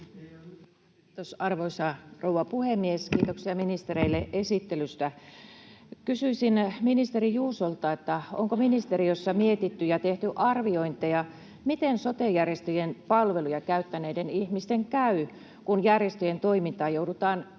Kiitos, arvoisa rouva puhemies! Kiitoksia ministereille esittelystä. Kysyisin ministeri Juusolta: onko ministeriössä mietitty ja tehty arviointeja, miten sote-järjestöjen palveluja käyttäneiden ihmisten käy, kun järjestöjen toimintaa joudutaan